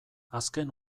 azken